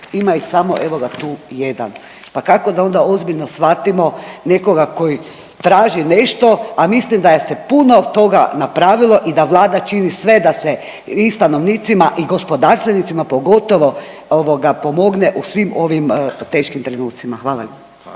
ima ih samo, evo ga, tu jedan. Pa kako da onda ozbiljno shvatimo nekoga tko traži nešto, a mislim da je se puno toga napravilo i da Vlada čini sve da se i stanovnicima i gospodarstvenicima pogotovo ovoga, pomogne u svim ovim teškim trenucima. Hvala.